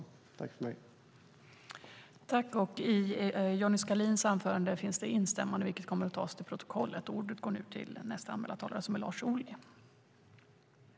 I detta anförande instämde Julia Kronlid .